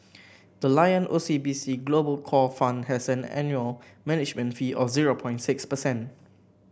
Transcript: the Lion O C B C Global Core Fund has an annual management fee of zero six percent